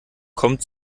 kommt